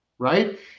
Right